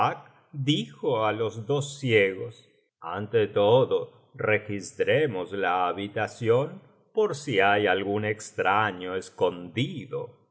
dijo á los dos ciegos ante todo registremos la habitación por si hay algún extraño escondido